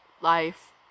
Life